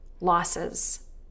losses